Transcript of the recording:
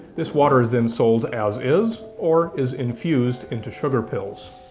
this water is then sold as is, or is infused into sugar pills.